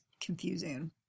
confusing